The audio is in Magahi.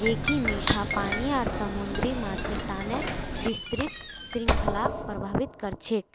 ज कि मीठा पानी आर समुद्री माछेर तना विस्तृत श्रृंखलाक प्रभावित कर छेक